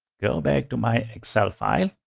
go back to my excel file,